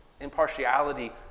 impartiality